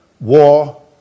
war